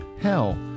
hell